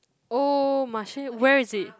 oh Marche where is it